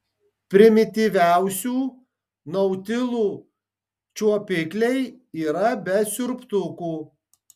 primityviausių nautilų čiuopikliai yra be siurbtukų